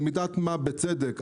במידת מה בצדק,